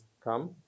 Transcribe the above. come